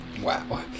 wow